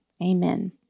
amen